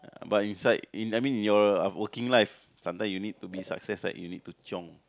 but inside in I mean your working life sometimes you need to be success like you need to chiong